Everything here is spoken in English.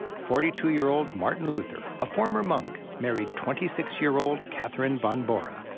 forty two year old martin luther, a former monk, married twenty six year old katherine von bora,